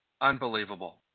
Unbelievable